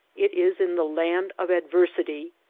it is in the land of adversity,